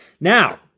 Now